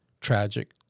tragic